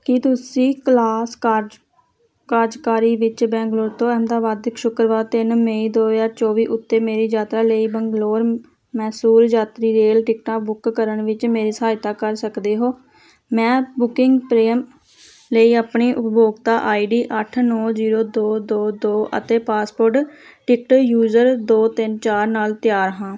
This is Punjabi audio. ਕੀ ਤੁਸੀਂ ਕਲਾਸ ਕਾਰਜ ਕਾਰਜਕਾਰੀ ਵਿੱਚ ਬੈਂਗਲੁਰੂ ਤੋਂ ਅਹਿਮਦਾਬਾਦ ਤੱਕ ਸ਼ੁੱਕਰਵਾਰ ਤਿੰਨ ਮਈ ਦੋ ਹਜ਼ਾਰ ਚੋਵੀ ਉੱਤੇ ਮੇਰੀ ਯਾਤਰਾ ਲਈ ਬੰਗਲੌਰ ਮੈਸੂਰ ਯਾਤਰੀ ਰੇਲ ਟਿਕਟਾਂ ਬੁੱਕ ਕਰਨ ਵਿੱਚ ਮੇਰੀ ਸਹਾਇਤਾ ਕਰ ਸਕਦੇ ਹੋ ਮੈਂ ਬੁਕਿੰਗ ਪ੍ਰੀਮੀਅਮ ਲਈ ਆਪਣੀ ਉਪਭੋਗਤਾ ਆਈਡੀ ਅੱਠ ਨੌਂ ਜੀਰੋ ਦੋ ਦੋ ਦੋ ਅਤੇ ਪਾਸਵਰਡ ਟਿਕਟ ਯੂਜ਼ਰ ਦੋ ਤਿੰਨ ਚਾਰ ਨਾਲ ਤਿਆਰ ਹਾਂ